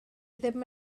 ddim